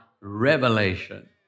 revelation